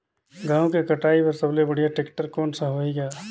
गहूं के कटाई पर सबले बढ़िया टेक्टर कोन सा होही ग?